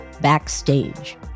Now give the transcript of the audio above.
Backstage